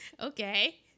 Okay